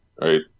right